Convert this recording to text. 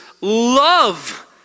love